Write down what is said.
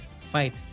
Fight